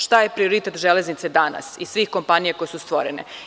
Šta je prioritet Železnice danas i svih kompanija koje su stvorene?